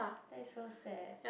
that is so sad